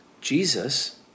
Jesus